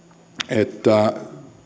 että